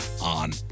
on